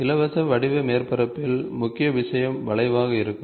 இலவச வடிவ மேற்பரப்பில் முக்கிய விஷயம் வளைவாக இருக்கும்